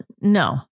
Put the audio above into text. no